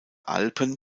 alpen